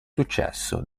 successo